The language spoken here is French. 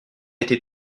été